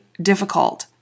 difficult